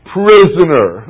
prisoner